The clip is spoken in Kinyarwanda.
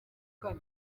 kane